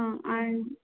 हां आणि